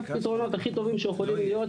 אחד הפתרונות הכי טובים שיכולים להיות,